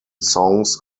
songs